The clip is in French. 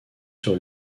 sur